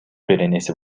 беренеси